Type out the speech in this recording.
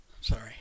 Sorry